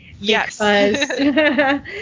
Yes